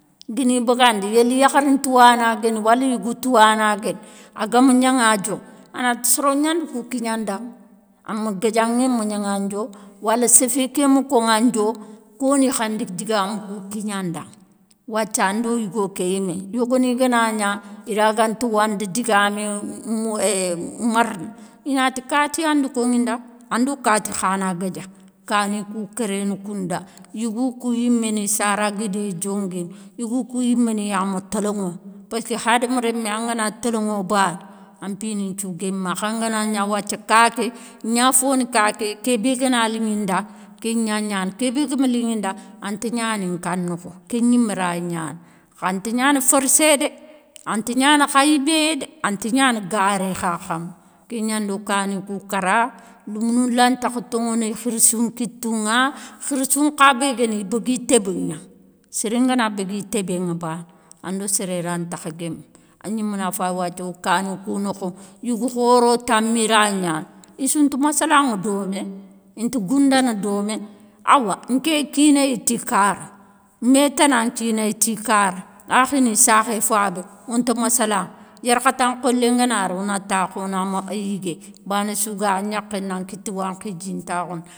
Gani bagandi yéli yakhari ntouwana guéni, wala yougou touwana guéni a gama gnaŋa djo anati soro gnanda kou kignadaŋa, a ma guédiaŋé ma gnaŋa ndio wala séfé kéma koŋa ndio, koni khandi digamou kou kignandaŋa. Wathia ando yougo ké yimé, yogoni ganagna ira ganta wanda digamé marna, i nati kati yanda koŋinda ando kati khana guédja kani kou kéréné kounda. Yougou kou yiméni sara guidé diongué, yougou kou yiméni yama toloŋo. Paski hadama rémé angana toloŋo bané, anpini nthiou guéma khangana gna wathia kaké, gna foni kaké kébé gana liŋinda, ké gna gnana, ké bé gama liŋinda anta gnani nka nokho. Ké gnimé raya gnana, khanta gnana forssé dé, anta gnana haybéyé dé, anta gana garé kha khama. Ké gnando kani kou kara, lémounou lantakha toŋono khirssou nkitou ŋa, khirssou nkha bé guéni, i bégui tébé gna, séré ngana bégui tébéŋa bané ando séré rantakha guémé. A gnimé na fayi wathia kani kou nokho, yougou khoro tami raya gnana, i sounta massalaŋa domé, inta goundana domé awa, nké kinayi ti kara, mé tana nkinéyi ti kara, akhini sakhé fabé, onta massalaŋa yarakhatan kholé ngana ri wona takhou wona yigué, bané sou gay a gnakhé nan kitté wankhi dji ntakhoundi.